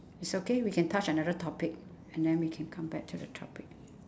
it's okay we can touch another topic and then we can come back to the topic